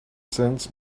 sends